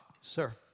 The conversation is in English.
sir